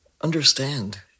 understand